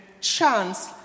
chance